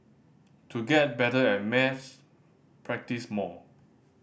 to get better at maths practise more